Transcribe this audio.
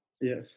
Yes